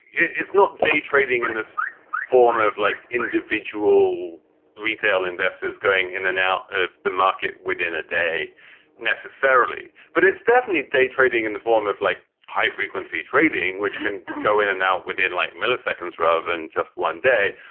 it's not day trading in this form of like individual retail investors going in and out of the market within a day necessarily. but it's definitely day trading in the form of like high frequency trading, which can go in and out within like milliseconds rather than just one day.